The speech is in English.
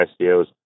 ICOs